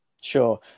Sure